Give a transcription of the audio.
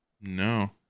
No